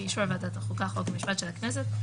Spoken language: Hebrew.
באישור ועדת החוקה חוק ומשפט של הכנסת,